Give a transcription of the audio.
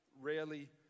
rarely